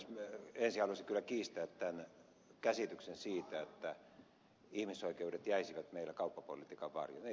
ensin haluaisin kyllä kiistää tämän käsityksen siitä että ihmisoikeudet jäisivät meillä kauppapolitiikan varjoon